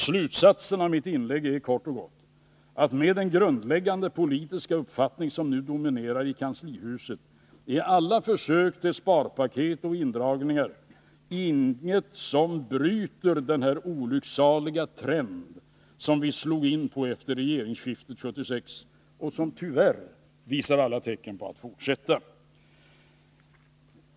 Slutsatsen av mitt inlägg är kort och gott, att med den grundläggande politiska uppfattning som nu dominerar i kanslihuset är alla försök till sparpaket och indragningar inget som bryter den olycksaliga trend man slog in på efter regeringsskiftet år 1976 och som tyvärr visar alla tecken på att fortsätta.